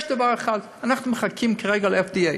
יש דבר אחד, אנחנו מחכים כרגע ל-FDA.